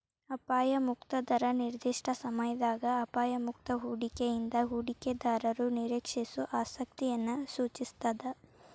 ಅಪಾಯ ಮುಕ್ತ ದರ ನಿರ್ದಿಷ್ಟ ಸಮಯದಾಗ ಅಪಾಯ ಮುಕ್ತ ಹೂಡಿಕೆಯಿಂದ ಹೂಡಿಕೆದಾರರು ನಿರೇಕ್ಷಿಸೋ ಆಸಕ್ತಿಯನ್ನ ಸೂಚಿಸ್ತಾದ